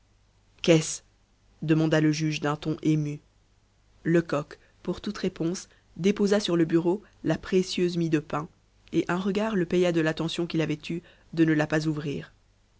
qu'est-ce demanda le juge d'un ton ému lecoq pour toute réponse déposa sur le bureau la précieuse mie de pain et un regard le paya de l'attention qu'il avait eue de ne la pas ouvrir